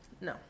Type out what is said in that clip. No